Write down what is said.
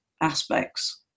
aspects